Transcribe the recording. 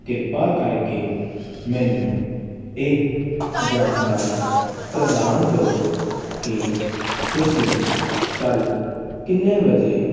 ਕਿਰਪਾ ਕਰਕੇ ਮੈਨੂੰ ਇਹ ਜਾਣਕਾਰੀ ਪ੍ਰਦਾਨ ਕਰੋ ਕਿ ਤੁਸੀਂ ਕੱਲ੍ਹ ਕਿੰਨੇ ਵਜੇ